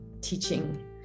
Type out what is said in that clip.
teaching